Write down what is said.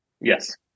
Yes